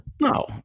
no